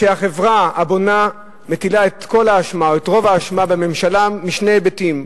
החברה הבונה מטילה את רוב האשמה בממשלה משני היבטים,